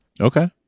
Okay